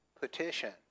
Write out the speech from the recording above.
petition